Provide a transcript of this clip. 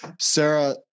Sarah